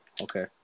Okay